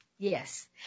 Yes